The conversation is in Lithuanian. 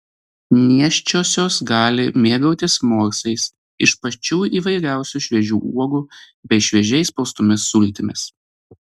nėščiosios gali mėgautis morsais iš pačių įvairiausių šviežių uogų bei šviežiai spaustomis sultimis